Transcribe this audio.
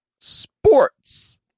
sports